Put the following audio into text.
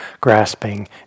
grasping